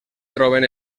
troben